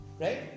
right